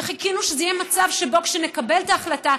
וחיכינו שזה יהיה מצב שבו כשנקבל את ההחלטה,